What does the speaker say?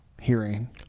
hearing